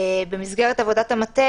במסגרת עבודת המטה,